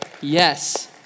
Yes